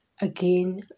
again